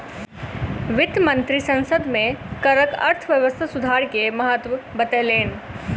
वित्त मंत्री संसद में करक अर्थव्यवस्था सुधार के महत्त्व बतौलैन